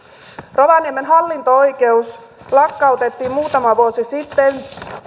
rovaniemen hallinto oikeus lakkautettiin muutama vuosi sitten